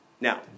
Now